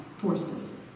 Forces